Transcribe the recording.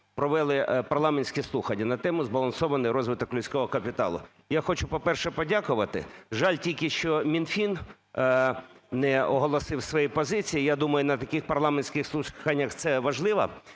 провели парламентські слухання на тему: "Збалансований розвиток людського капіталу". Я хочу, по-перше, подякувати. Жаль тільки, що Мінфін не оголосив своєї позиції, я думаю, на таких парламентських слуханнях це важливо.